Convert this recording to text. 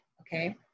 Okay